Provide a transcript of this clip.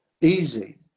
easy